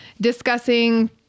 discussing